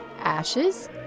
ashes